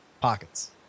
pockets